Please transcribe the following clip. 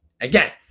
Again